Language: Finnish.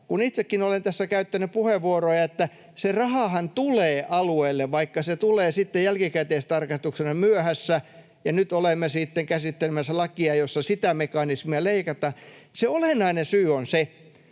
Mutta itsekin olen tässä käyttänyt puheenvuoroja, että se rahahan tulee alueelle, vaikka se tulee sitten jälkikäteistarkistuksena myöhässä, ja nyt olemme sitten käsittelemässä lakia, jossa sitä mekanismia leikataan. Se olennainen syy on se,